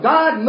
God